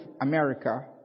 America